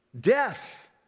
Death